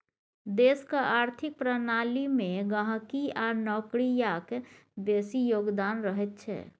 देशक आर्थिक प्रणाली मे गहिंकी आ नौकरियाक बेसी योगदान रहैत छै